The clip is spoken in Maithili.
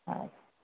अच्छा